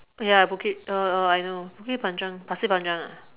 ya Bukit oh oh I know Bukit Panjang Pasir Panjang ah